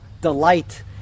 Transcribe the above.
delight